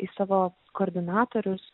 į savo koordinatorius